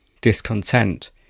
discontent